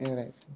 right